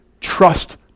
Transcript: trust